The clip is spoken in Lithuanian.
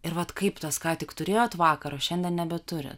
ir vat kaip tas ką tik turėjot vakaro šiandien nebeturi